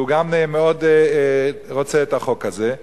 וגם הוא מאוד רוצה את החוק הזה.